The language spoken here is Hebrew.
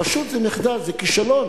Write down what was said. פשוט זה מחדל, זה כישלון.